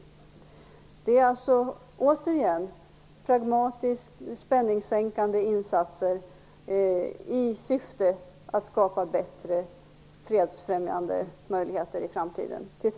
Återigen: Det är alltså fråga om pragmatiskt spänningssänkande insatser i syfte att tillsammans skapa bättre fredsfrämjande möjligheter i framtiden.